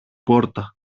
πόρτα